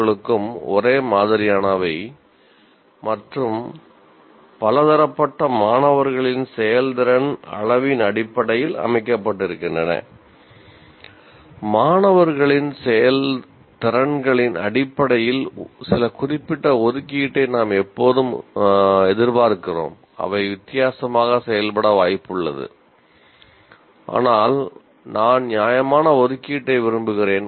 க்களுக்கும் ஒரே மாதிரியானவை மற்றும் பலதரப்பட்ட மாணவர்களின் செயல்திறன் அளவின் அடிப்படையில் அமைக்கப்பட்டிருக்கின்றன" மாணவர்களின் திறன்களின் அடிப்படையில் சில குறிப்பிட்ட ஒதுக்கீட்டை நாம் எப்போதும் எதிர்பார்க்கிறோம் அவை வித்தியாசமாக செயல்பட வாய்ப்புள்ளது ஆனால் நான் நியாயமான ஒதுக்கீட்டை விரும்புகிறேன்